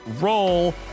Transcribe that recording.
roll